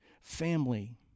Family